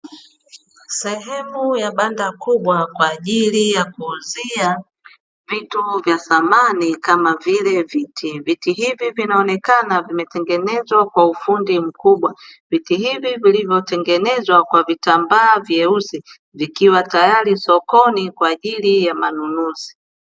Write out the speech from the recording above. Sehemu ya banda kubwa kwa ajili ya kuuzia vitu vya samani kama vile viti. Viti hivi vinaonekana vimetengenezwa kwa ufundi mkubwa. Viti hivi vilivyotengenezwa kwa vitambaa vyeusi vikiwa tayari sokoni kwa ajili ya manunuzi.